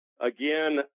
Again